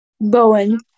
Bowen